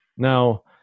Now